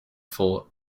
fall